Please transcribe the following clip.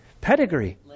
pedigree